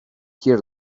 here